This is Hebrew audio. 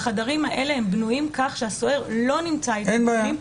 החדרים האלה בנויים כך שהסוהר לא נמצא בפנים,